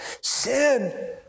sin